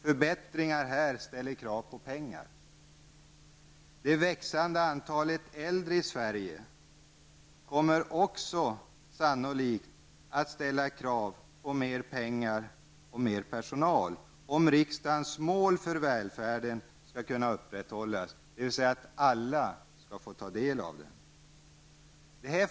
Förbättringar i dessa sammanhang ställer krav på pengar. Det växande antalet äldre i Sverige kommer sannolikt också att ställa krav på mer pengar och mer personal om riksdagens mål för välfärden skall kunna upprätthållas, dvs. att alla skall få ta del av denna välfärd.